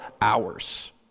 hours